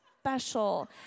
special